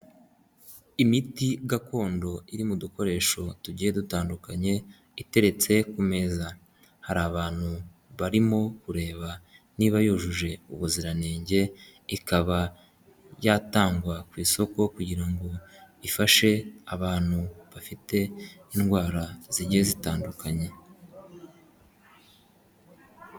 Imiti gakondo iri mu dukoresho tugiye dutandukanye iteretse ku meza, hari abantu barimo kureba niba yujuje ubuziranenge, ikaba yatangwa ku isoko kugira ngo ifashe abantu bafite indwara zigiye zitandukanye.